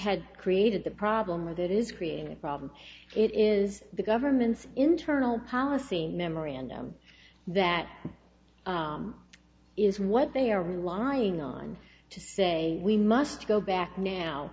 created created the problem with it is creating a problem it is the government's internal policy in memory and that is what they are relying on to say we must go back now